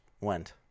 went